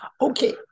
Okay